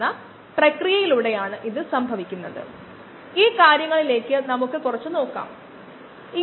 അളക്കുമ്പോൾ ലീനിയർ ഭരണം പ്രധാനമാണ് നമ്മൾ അതിൽ ശ്രദ്ധിക്കേണ്ടതുണ്ട്